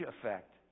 effect